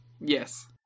Yes